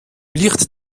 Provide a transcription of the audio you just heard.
licht